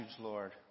Lord